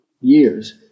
years